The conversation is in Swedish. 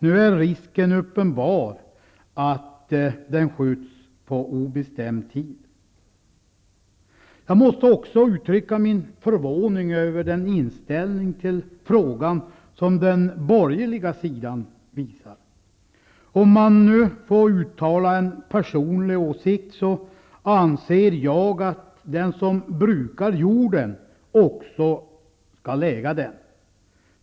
Risken är nu uppenbar att frågan skjuts upp på obestämd tid. Jag måste också uttrycka min förvåning över den inställning till frågan som man visar från den borgerliga sidan. Om man får uttala en personlig åsikt, anser jag att den som brukar jorden också skall äga den.